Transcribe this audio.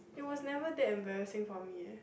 it was never that embarrassing for me leh